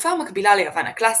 בתקופה המקבילה ליוון הקלאסית,